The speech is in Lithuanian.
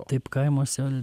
taip kaimuose